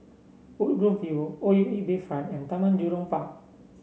Woodgrove View O U E Bayfront and Taman Jurong Park